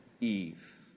Eve